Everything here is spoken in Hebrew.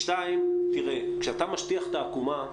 כשאתה משטיח את העקומה,